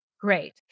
Great